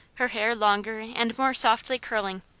her hair longer and more softly curling.